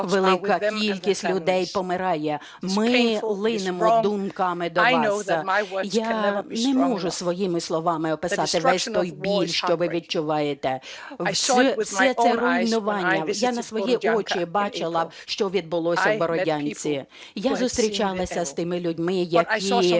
Велика кількість людей помирає. Ми линемо думками до вас. Я не можу своїми словами описати весь той біль, що ви відчуваєте. Всі ці руйнування. Я на свої очі бачила, що відбулося в Бородянці. Я зустрічалася з тими людьми, які